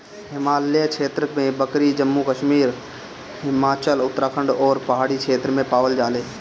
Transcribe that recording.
हिमालय क्षेत्र में बकरी जम्मू कश्मीर, हिमाचल, उत्तराखंड अउरी पहाड़ी क्षेत्र में पावल जाले